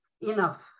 enough